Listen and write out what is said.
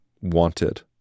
wanted